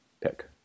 pick